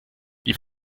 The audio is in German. die